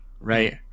right